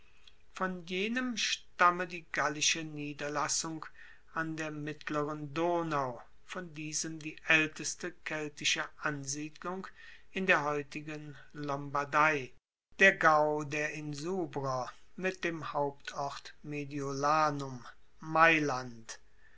von jenem stamme die gallische niederlassung an der mittleren donau von diesem die aelteste keltische ansiedlung in der heutigen lombardei der gau der insubrer mit dem hauptort mediolanum